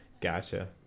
Gotcha